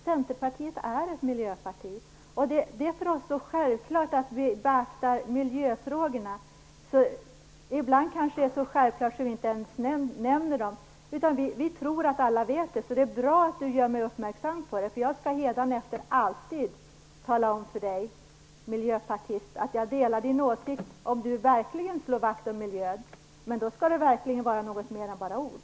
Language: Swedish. Centerpartiet är ett miljöparti, och det är så självklart för oss att beakta miljöfrågorna att vi ibland inte ens nämner dem utan tror att alla vet att vi gör det. Det är bra att Per Lager gör mig uppmärksam på det, och jag skall hädanefter alltid tala om för miljöpartisten Per Lager att jag delar hans åsikt, om han verkligen slår vakt om miljön - men då skall det verkligen vara något mer än bara ord.